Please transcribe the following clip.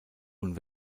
und